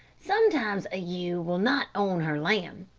sometimes a ewe will not own her lamb.